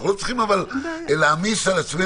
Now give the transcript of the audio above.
אבל אנחנו לא צריכים להעמיס על עצמנו.